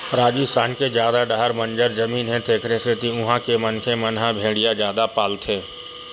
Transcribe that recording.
राजिस्थान के जादा डाहर बंजर जमीन हे तेखरे सेती उहां के मनखे मन ह भेड़िया जादा पालथे